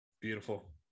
Beautiful